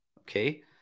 okay